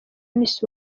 miss